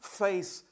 face